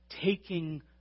taking